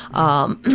um,